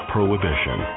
Prohibition